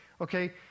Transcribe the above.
Okay